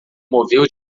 moveu